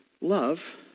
love